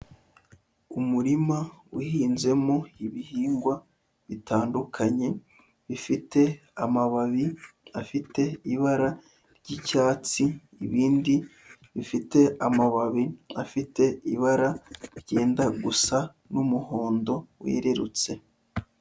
Umurima uhinzemo ibihingwa bitandukanye, bifite amababi afite ibara ry'icyatsi, ibindi bifite amababi afite ibara ryenda gusa n'umuhondo wererutse.